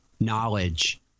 knowledge